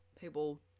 People